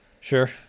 Sure